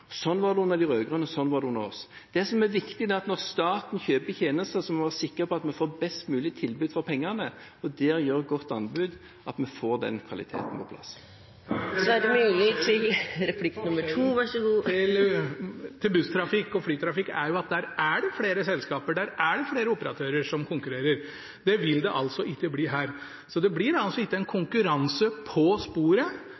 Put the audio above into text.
Sånn var det under de rød-grønne, sånn er det under oss. Det som er viktig, er at når staten kjøper tjenester, må vi være sikre på at vi får best mulig tilbud for pengene, og der gjør et godt anbud at vi får den kvaliteten på plass. Forskjellen fra busstrafikk og flytrafikk er jo at der er det flere selskaper, der er det flere operatører som konkurrerer. Det vil det altså ikke bli her. Så det blir ikke en konkurranse på sporet,